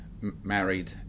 married